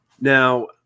Now